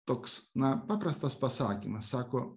toks na paprastas pasakymas sako